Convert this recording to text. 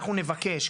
אנחנו נבקש,